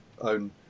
own